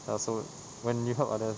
ya so when you help others